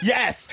Yes